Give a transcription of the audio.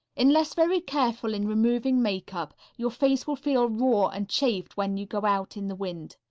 unless very careful in removing makeup, your face will feel raw and chafed when you go out in the wind.